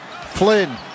Flynn